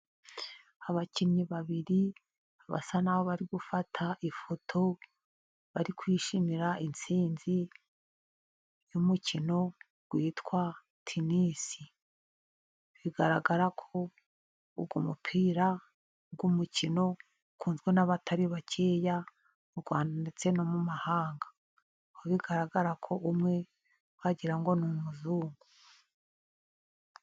Abakinnyi babiri basa naho bari gufata ifoto bari kwishimira intsinzi y'umukino witwa tenisi. Bigaragara ko uwo mupira w'umukino ukunzwe n'abatari bakeya mu Rwanda ndetse no mu mahanga, aho bigaragara ko umwe wagira ngo ni umuzungu.